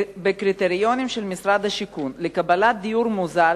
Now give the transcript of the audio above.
בקריטריונים של משרד השיכון לקבלת דיור מוזל